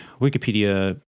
Wikipedia